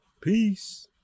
Peace